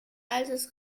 altes